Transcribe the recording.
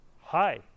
hi